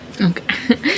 Okay